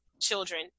children